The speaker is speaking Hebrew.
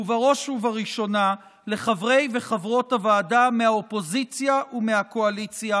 ובראש ובראשונה לחברות וחברי הוועדה מהאופוזיציה ומהקואליציה